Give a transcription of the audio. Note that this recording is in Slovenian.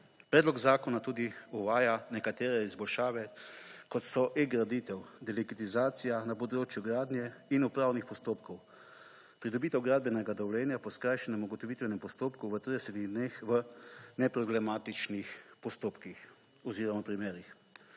Predlog zakona tudi uvaja nekatere izboljšave kot so e-graditev digitalizacija na področju gradnje in upravnih postopkov. Pridobitev gradbenega dovoljenja po skrajšanem ugotovitvenem postopku v 30 dneh v neproblematičnih postopkih oziroma primerih.